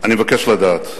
אני מבקש לדעת: